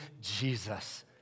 Jesus